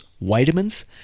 vitamins